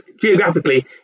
geographically